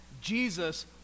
Jesus